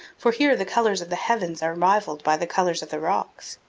for here the colors of the heavens are rivaled by the colors of the rocks.